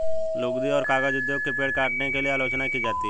लुगदी और कागज उद्योग की पेड़ काटने के लिए आलोचना की जाती है